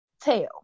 tail